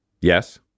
yes